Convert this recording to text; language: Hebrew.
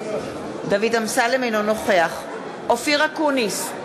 אינו נוכח אופיר אקוניס,